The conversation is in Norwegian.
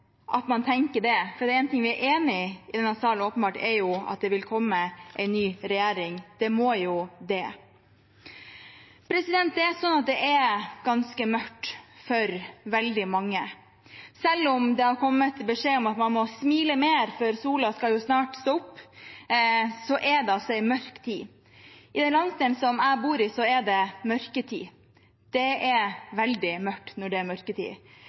at man tenker det, for én ting vi åpenbart er enige om i denne salen, er at det vil komme en ny regjering. Det må jo det. Det er ganske mørkt for veldig mange. Selv om det har kommet beskjed om at man må smile mer, fordi solen snart skal stå opp, så er det en mørk tid. I den landsdelen jeg bor, er det mørketid. Det er veldig mørkt når det er mørketid,